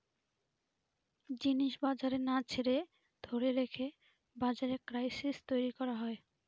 জিনিস বাজারে না ছেড়ে ধরে রেখে বাজারে ক্রাইসিস তৈরী করা হয়